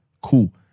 Cool